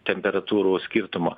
temperatūrų skirtumo